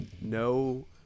no